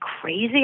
crazy